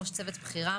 ראש צוות בכירה,